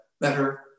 better